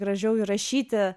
gražiau įrašyti